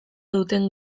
duten